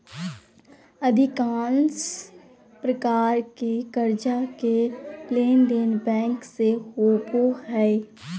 अधिकांश प्रकार के कर्जा के लेनदेन बैंक से होबो हइ